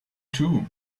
too